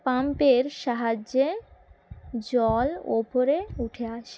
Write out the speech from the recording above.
পাম্পের সাহায্যে জল ওপরে উঠে আসে